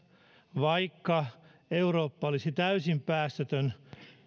vaikka eurooppa olisi täysin päästötön